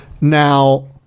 Now